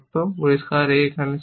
পরিষ্কার a এখানে সত্য